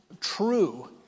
true